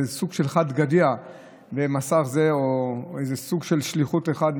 איזה סוג של חד גדיא או איזה סוג של שליחות אחת,